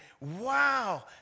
wow